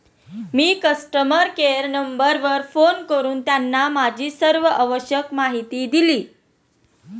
मी customer care नंबरवर phone करून त्यांना माझी सर्व आवश्यक माहिती दिली